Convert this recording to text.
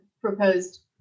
Proposed